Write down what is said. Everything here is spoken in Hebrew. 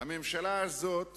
הממשלה הזאת